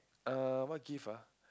err what gift ah